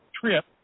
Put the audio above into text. trip